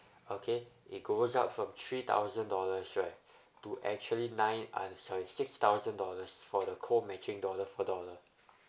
okay it goes up from three thousand dollars right to actually nine uh sorry six thousand dollars for the co matching dollar for dollar